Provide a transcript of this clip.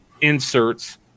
inserts